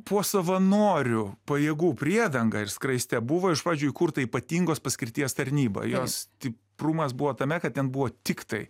po savanorių pajėgų priedanga ir skraiste buvo iš pradžių įkurta ypatingos paskirties tarnyba jos stiprumas buvo tame kad ten buvo tiktai